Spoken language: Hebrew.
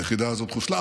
היחידה הזאת חוסלה.